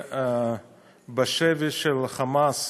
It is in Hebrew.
בשבי של ה"חמאס"